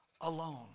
alone